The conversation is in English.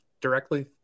directly